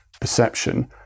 perception